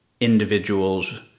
individuals